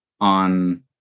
on